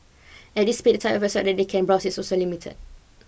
at this speed the type of websites that they can browse is also limited